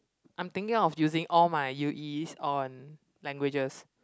I'm thinking of using all my U_Es on languages